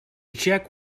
check